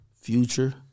Future